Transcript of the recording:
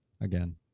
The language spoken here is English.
again